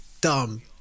dumb